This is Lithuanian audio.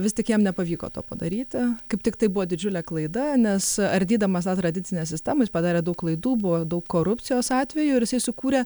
vis tik jam nepavyko to padaryti kaip tiktai buvo didžiulė klaida nes ardydamas tą tradicinę sistemą jis padarė daug klaidų buvo daug korupcijos atvejų ir jisai sukūrė